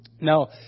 Now